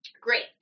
Great